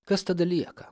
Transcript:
kas tada lieka